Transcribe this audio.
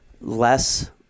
less